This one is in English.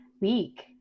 week